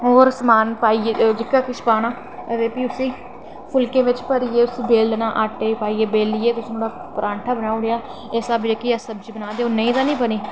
होर समान पाइयै जेह्का किश पाना ते भी उसी फुलकै बिच पाइयै उसी बेलना आटे बिच पाइयै बेलिये परांठा बनाई ओड़ेआ इस स्हाबै दी अस सब्जी बनादे ओह् नेही ते निं बनी